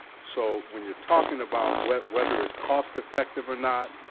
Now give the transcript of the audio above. so when you're talking about whether whether it's cost effective or not,